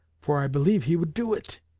for i believe he would do it